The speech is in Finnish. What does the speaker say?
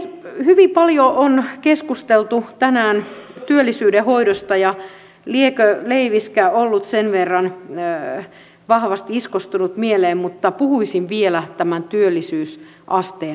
hyvin paljon on keskusteltu tänään työllisyydenhoidosta ja liekö leiviskä ollut sen verran vahvasti iskostunut mieleen mutta puhuisin vielä tämän työllisyysasteen nostosta